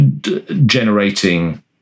generating